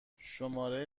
شماره